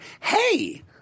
hey